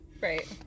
Right